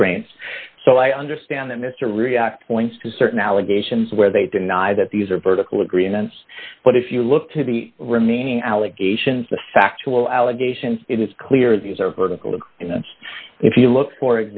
restraints so i understand that mr react points to certain allegations where they deny that these are vertical agreements but if you look to the remaining allegations the factual allegations it is clear these are vertical if you notice if you look for